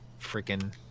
freaking